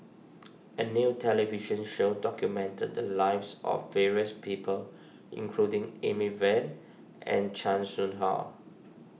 a new television show documented the lives of various people including Amy Van and Chan Soh Ha